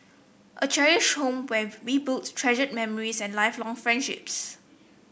a cherished home where we build treasured memories and lifelong friendships